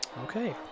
Okay